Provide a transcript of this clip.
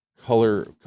color